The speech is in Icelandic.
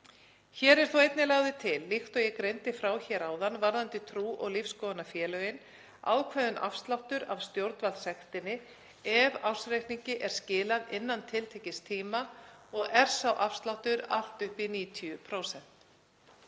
Hér er þó einnig lagður til, líkt og ég greindi frá hér áðan varðandi trú- og lífsskoðunarfélögin, ákveðin afsláttur af stjórnvaldssektinni ef ársreikningi er skilað innan tiltekins tíma og er sá afsláttur allt upp í 90%.